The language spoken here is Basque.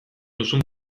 duzun